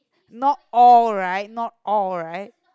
not all right not all right